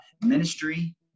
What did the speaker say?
ministry